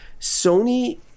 Sony